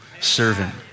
servant